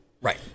Right